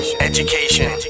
education